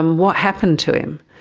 um what happened to him?